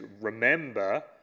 remember